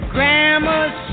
Grandma's